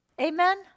Amen